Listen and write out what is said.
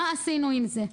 מה עשינו עם זה?